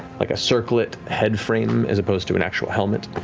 like a circlet head frame as opposed to an actual helmet.